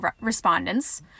respondents